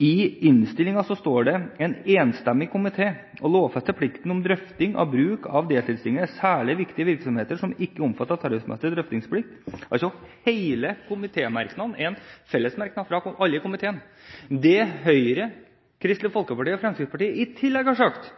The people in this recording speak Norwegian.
I innstillingen skriver en enstemmig komité: «Å lovfeste plikt om drøfting av bruken av deltidsstillinger er særlig viktig i virksomheter som ikke er omfattet av tariffmessig drøftingsplikt.» Hele komitemerknaden er en fellesmerknad, fra alle i komiteen. Det Høyre, Kristelig Folkeparti og Fremskrittspartiet i tillegg har sagt,